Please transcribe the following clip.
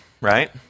right